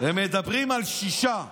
הם מדברים על שישה.